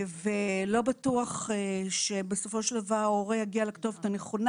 ולא בטוח שבסופו של דבר, הורה יגיע לכתובת הנכונה,